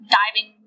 diving